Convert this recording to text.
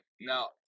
Now